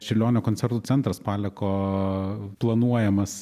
čiurlionio koncertų centras paleko planuojamas